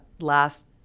last